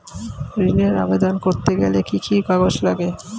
ঋণের আবেদন করতে গেলে কি কি কাগজ লাগে?